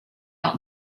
out